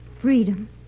Freedom